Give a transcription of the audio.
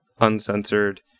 uncensored